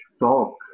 talk